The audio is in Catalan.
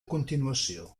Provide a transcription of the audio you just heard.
continuació